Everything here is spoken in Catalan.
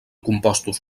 compostos